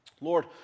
Lord